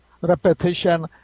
repetition